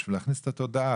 כדי להכניס את התודעה,